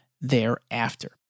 thereafter